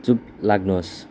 चुप लाग्नुुहोस्